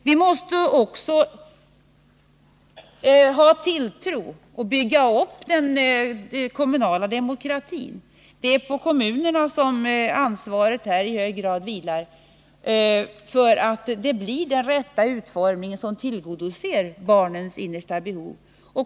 Vi måste också ha tilltro till och bygga upp den kommunala demokratin. Det är på kommunerna som ansvaret i hög grad vilar för att det skall bli den rätta utformningen som tillgodoser barnens innersta behov.